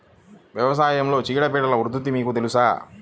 వ్యవసాయంలో చీడపీడల ఉధృతి మీకు తెలుసా?